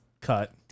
cut